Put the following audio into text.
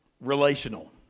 relational